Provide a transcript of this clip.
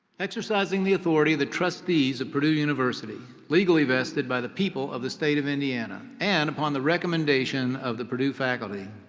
exercising the authority of the trustees of purdue university, legally vested by the people of the state of indiana, and on the recommendation of the purdue faculty,